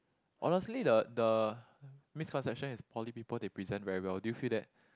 honestly the the misconception is poly people they present very well do you feel that